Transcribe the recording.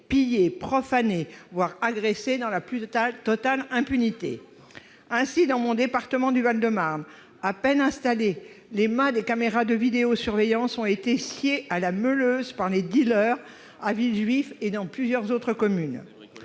piller, profaner, voire agresser dans la plus totale impunité. Ainsi, dans mon département du Val-de-Marne, à peine installés, les mâts des caméras de vidéosurveillance ont été sciés à la meuleuse par les dealeurs à Villejuif et dans plusieurs autres communes.